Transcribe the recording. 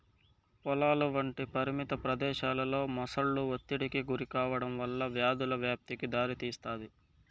పొలాలు వంటి పరిమిత ప్రదేశాలలో మొసళ్ళు ఒత్తిడికి గురికావడం వల్ల వ్యాధుల వ్యాప్తికి దారితీస్తాది